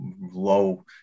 low